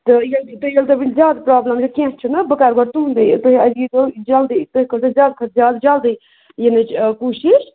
تہٕ ییٚلہِ تُہۍ ییٚلہِ تۄہہِ وٕنہِ زیادٕ پرٛابلم چھِ کیٚنٛہہ چھُنہٕ بہٕ کَرٕ گۄڈٕ تُہُنٛدُے تُہۍ آز ییٖزیو جلدی تُہۍ کٔرۍزیو زیادٕ کھۄتہٕ زیادٕ جلدی یِنٕچ کوٗشِش